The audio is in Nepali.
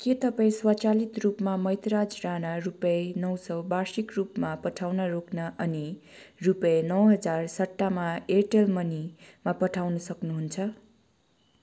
के तपाईँ स्वचालित रूपमा मैतराज राणा रुपियाँ नौ सौ वार्षिक रूपमा पठाउन रोक्न अनि रुपियाँ नौ हजार सट्टामा एयरटेल मनीमा पठाउनु सक्नुहुन्छ